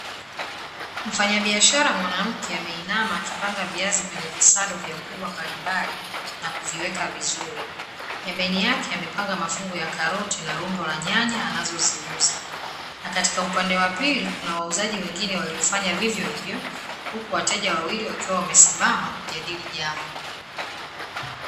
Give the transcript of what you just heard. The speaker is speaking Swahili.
Mfanyabiashara mwanamke ameinama akipanga viazi kwenye visado vya ukubwa mbalimbali na kuviweka vizuri. Pembeni yake amepanga mafungu ya karoti na rundo la nyanya anazoziuza. Na katika upande wa pili kuna wauzaji wengine waliofanya vivyo hivyo huku wateja wawili wakiwa wamesimama kujadili jambo.